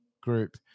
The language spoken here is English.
group